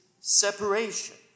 separation